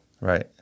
Right